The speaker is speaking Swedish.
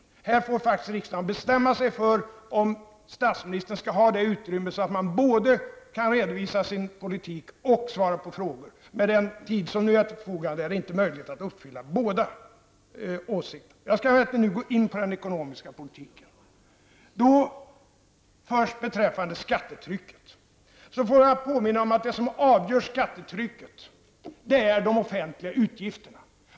Riksdagen får faktiskt bestämma sig för om statsministern skall ha utrymme för att både kunna redovisa den politik som regeringen för och svara på frågor. Med den tid som enligt debattreglerna står till förfogande är det inte möjligt att klara båda sakerna. Jag skall nu redovisa den ekonomiska politik som vi vill föra. Låt mig påminna om att det som avgör skattetrycket är de offentliga utgifterna.